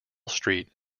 street